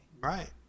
Right